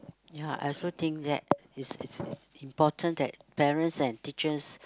ya I also think that it's it's important that parents and teachers